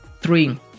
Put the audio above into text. three